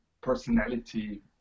personality